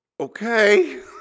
okay